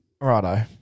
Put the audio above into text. Righto